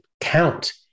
count